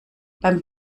beim